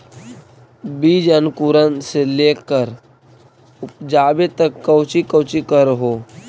बीज अंकुरण से लेकर उपजाबे तक कौची कौची कर हो?